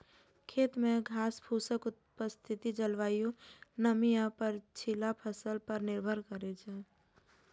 खेत मे घासफूसक उपस्थिति जलवायु, नमी आ पछिला फसल पर निर्भर करै छै